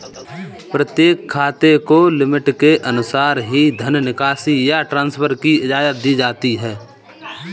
प्रत्येक खाते को लिमिट के अनुसार ही धन निकासी या ट्रांसफर की इजाजत दी जाती है